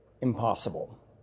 impossible